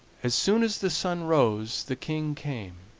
as soon as the sun rose the king came,